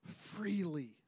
freely